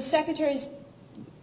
secretary's